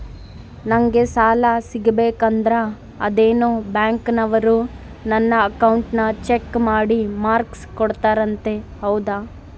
ನಂಗೆ ಸಾಲ ಸಿಗಬೇಕಂದರ ಅದೇನೋ ಬ್ಯಾಂಕನವರು ನನ್ನ ಅಕೌಂಟನ್ನ ಚೆಕ್ ಮಾಡಿ ಮಾರ್ಕ್ಸ್ ಕೊಡ್ತಾರಂತೆ ಹೌದಾ?